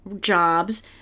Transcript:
jobs